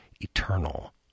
eternal